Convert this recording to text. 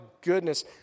goodness